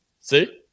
See